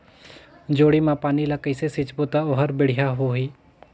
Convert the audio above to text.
जोणी मा पानी ला कइसे सिंचबो ता ओहार बेडिया होही?